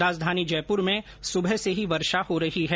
राजधानी जयपूर में सुबह से ही वर्षा हो रही है